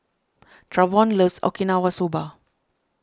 Travon loves Okinawa Soba